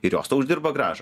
ir jos tau uždirba grąžą